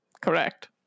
correct